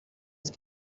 است